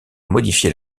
modifié